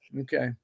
Okay